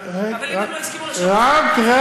אדוני השר, אבל אם הם לא הסכימו לשבת, אחר.